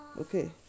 Okay